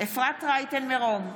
אפרת רייטן מרום,